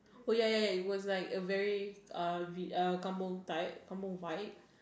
oh ya ya ya it was like a very uh Kampung type Kampung vibe